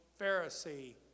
Pharisee